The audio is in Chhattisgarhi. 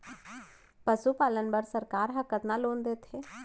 पशुपालन बर सरकार ह कतना लोन देथे?